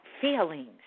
feelings